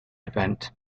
event